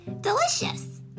delicious